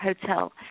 Hotel